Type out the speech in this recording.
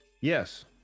yes